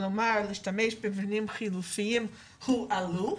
כמו להשתמש במבנים חלופיים הועלו,